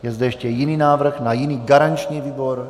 Je zde ještě jiný návrh na jiný garanční výbor?